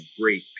great